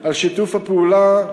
על שיתוף הפעולה,